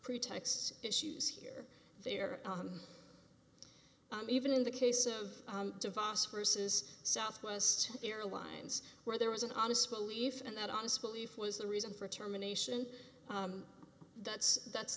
pretexts issues here there even in the case of device hearses southwest airlines where there was an honest belief and that honest belief was the reason for terminations that's that's